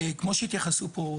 כמו שהתייחסו פה,